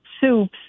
soups